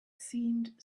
seemed